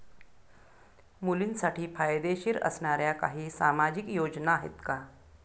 मुलींसाठी फायदेशीर असणाऱ्या काही सामाजिक योजना आहेत का?